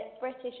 British